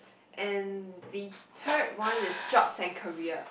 and the third one is jobs and career